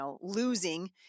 losing